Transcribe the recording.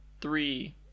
three